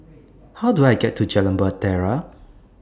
How Do I get to Jalan Bahtera